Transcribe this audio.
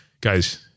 guys